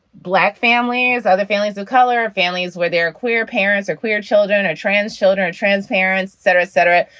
black families, other families of color and families where there are queer parents or queer children or trans children and transparence cetera, et cetera,